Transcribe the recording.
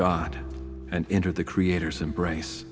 god and enter the creator's embrace